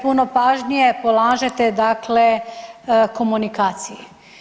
Puno pažnje polažete, dakle komunikaciji.